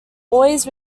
always